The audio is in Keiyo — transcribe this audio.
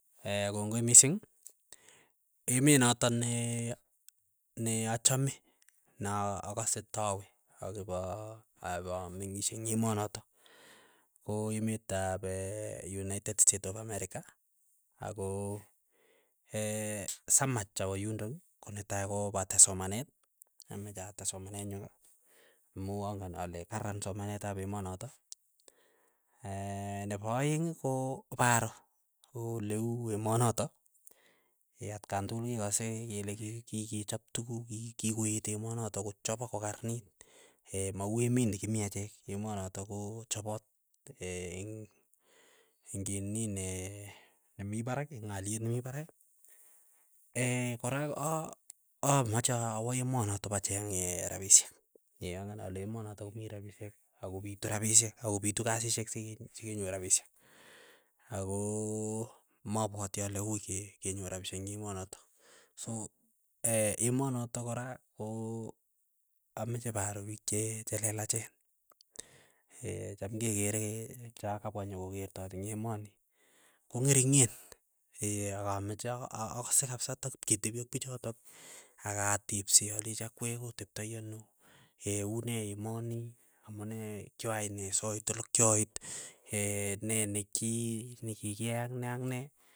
kongoi misiing, emet noto ne achame na akase tawe akipaa akipameng'isye ing emonotok ko emet ap united states of america. Ako samach awa yundoki ko netai koo pates somanet ameche ates somonene nyuu amuu angen ale karan somanet ap emotoko. Nepaeng koo paroo ooleu emonoto. atkantukul kekase kele kikechop tuguk kikoet emonotok, kochopok kokarnit mau emet nekimii achek. Emo notok koo chopot eng ingninee nemii parak eng alet nemii parak. kora amache awoo emonok pacheng'ee rapisiek. Angen ale emonotok komii rapisyek akopitu rapisyek. Akopitu kasisiek sikenyoru rapisyek akoo mapwatii alee uui ke kenyor rapisyek ing emonotok. So emonotok kora koo ameche paro piik che chelelachen cham kekere chakapwa, yokokertok ing emoni. Ko ng'ering'en akameche akase kabisa takipketepi ak pichotok akatepse alechi akwek oteptoi anoo unee emonii, amunee kyoai nee soit olokioit. ne nikikiyai ak ne ak ne.